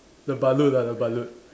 the balut ah the balut